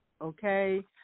okay